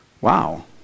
Wow